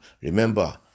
Remember